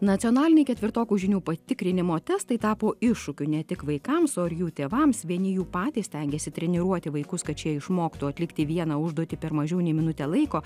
nacionaliniai ketvirtokų žinių patikrinimo testai tapo iššūkiu ne tik vaikams o ir jų tėvams vieni jų patys stengiasi treniruoti vaikus kad šie išmoktų atlikti vieną užduotį per mažiau nei minutę laiko